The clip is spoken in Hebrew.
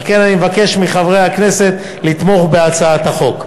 על כן, אני מבקש מחברי הכנסת לתמוך בהצעת החוק.